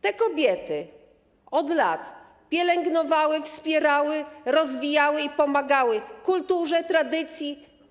Te kobiety od lat pielęgnowały, wspierały, rozwijały i pomagały kulturze, tradycji.